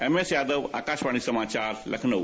एमएसयादव आकाशवाणी समाचार लखनऊ